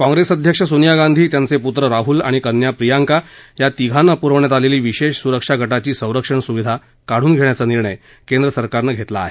काँग्रेस अध्यक्ष सोनिया गांधी त्यांचे पुत्र राहुल आणि कन्या प्रियांका या तिघांना पुरवण्यात आलेली विशेष सुरक्षा गटाची संरक्षण सुविधा काढून घेण्याचा निर्णय केंद्र सरकारनं घेतला आहे